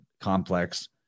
complex